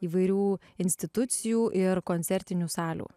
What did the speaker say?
įvairių institucijų ir koncertinių salių